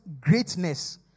greatness